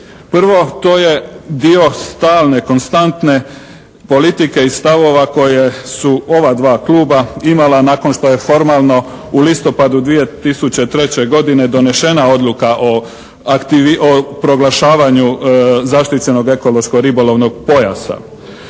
Prvo, to je dio stalne konstantne politike i stavove koja su ova dva kluba imala nakon što je formalno u listopadu 2003. godine donešena odluka o proglašavanju zaštićenog ekološko-ribolovnog pojasa.